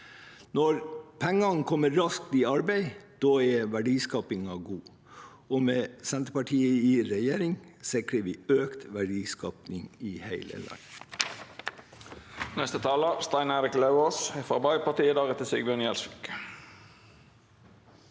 Når pengene kommer raskt i arbeid, er verdiskapingen god. Og med Senterpartiet i regjering sikrer vi økt verdiskaping i hele landet.